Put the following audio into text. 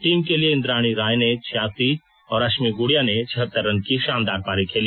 team के लिए इंद्राणी राय ने छियासी और रश्मि गुड़िया ने छियतर रन की शानदार पारी खेली